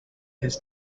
his